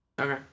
Okay